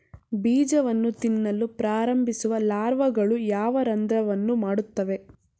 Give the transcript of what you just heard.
ಬೀಜವನ್ನು ತಿನ್ನಲು ಪ್ರಾರಂಭಿಸುವ ಲಾರ್ವಾಗಳು ಯಾವ ರಂಧ್ರವನ್ನು ಮಾಡುತ್ತವೆ?